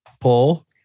Pull